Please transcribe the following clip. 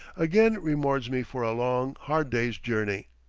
again rewards me for a long, hard day's journey.